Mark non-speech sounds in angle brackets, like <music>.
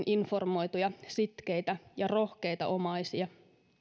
<unintelligible> informoituja sitkeitä ja rohkeita omaisia